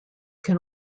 can